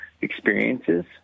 experiences